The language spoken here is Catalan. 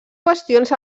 qüestions